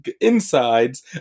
insides